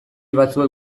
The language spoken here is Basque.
batzuek